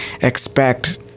expect